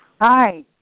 Hi